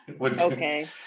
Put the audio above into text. Okay